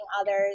others